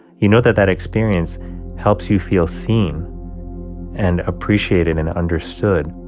you know that that experience helps you feel seen and appreciated and understood.